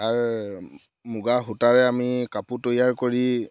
তাৰ মুগা সূতাৰে আমি কাপোৰ তৈয়াৰ কৰি